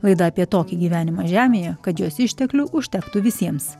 laidą apie tokį gyvenimą žemėje kad jos išteklių užtektų visiems